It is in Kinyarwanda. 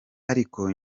ariko